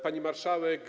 Pani Marszałek!